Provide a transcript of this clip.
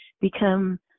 become